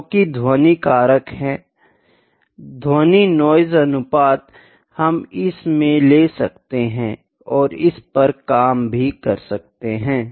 जोकि ध्वनि करक है ध्वनि नॉइज़ अनुपात हम इसमें ले सकते है और इस पर काम भी कर सकते है